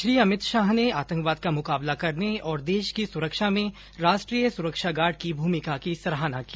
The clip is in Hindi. श्री अमित शाह ने आतंकवाद का मुकाबला करने और देश की सुरक्षा में राष्ट्रीय सुरक्षा गार्ड की भूमिका की सराहना की